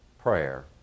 prayer